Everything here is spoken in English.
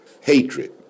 hatred